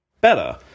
better